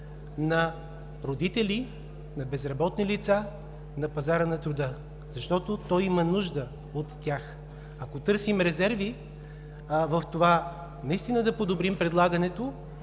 на родители, на безработни лица на пазара на труда, защото той има нужда от тях. Ако търсим резерви в това да подобрим предлагането,